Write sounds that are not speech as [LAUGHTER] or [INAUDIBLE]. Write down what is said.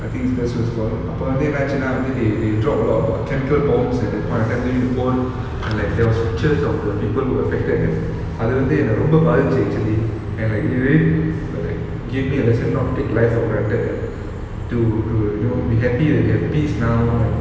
I think that's what called அப்போ வந்து என்னாச்சுன்னா வந்து:apo vanthu ennachunna vanthu they they drop a lot of bo~ chemical bombs at that point of time [LAUGHS] and like there was pictures of the people who affected and அது வந்து என்ன ரொம்ப பாதிச்சிருச்சு:adhu vanthu enna romba paathichiruchu actually and like it really err like gave me a lesson not to take life for granted and to to you know be happy that we have peace now and